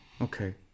okay